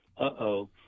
uh-oh